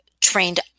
trained